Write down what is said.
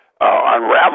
unravel